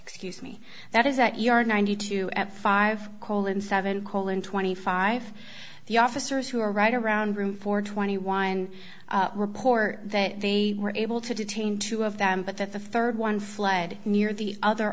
excuse me that is that you are ninety two at five colin seven colin twenty five the officers who were right around room for twenty one report that they were able to detain two of them but that the rd one fled near the other